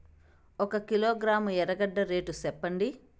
ఒక కిలోగ్రాము ఎర్రగడ్డ రేటు సెప్పండి?